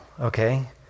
okay